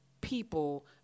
people